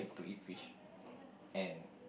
to eat fish and